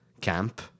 Camp